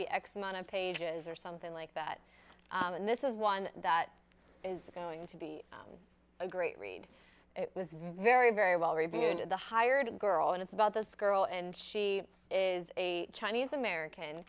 be x amount of pages or something like that and this is one that is going to be a great read it was very very well reviewed in the hired girl and it's about this girl and she is a chinese american